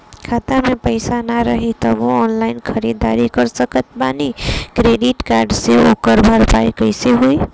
खाता में पैसा ना रही तबों ऑनलाइन ख़रीदारी कर सकत बानी क्रेडिट कार्ड से ओकर भरपाई कइसे होई?